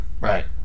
right